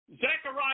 Zechariah